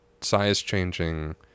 size-changing